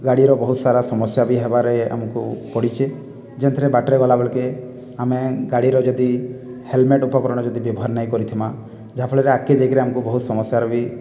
ଗାଡ଼ିର ବହୁତ ସାରା ସମସ୍ୟା ବି ହେବାରେ ଆମକୁ ପଡ଼ିଛି ଯେଉଁଥିରେ ବାଟରେ ଗଲାବେଳକୁ ଆମେ ଗାଡ଼ିରେ ଯଦି ହେଲମେଟ୍ ଉପକରଣ ଯଦି ବ୍ୟବହାର ନାହିଁ କରିଥିବା ଯାହାଫଳରେ ଆଗକୁ ଯାଇକରି ଆମକୁ ବହୁ ସମସ୍ୟାର ବି